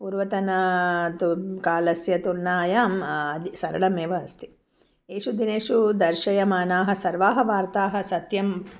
पूर्वतनं तु कालस्य तुलनायाम् अतिसरलमेव अस्ति एषु दिनेषु दर्शयमानाः सर्वाः वार्ताः सत्यं